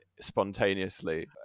spontaneously